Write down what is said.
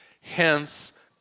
Hence